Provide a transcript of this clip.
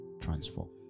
transform